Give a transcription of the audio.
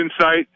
insight